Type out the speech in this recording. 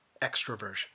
extroversion